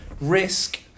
Risk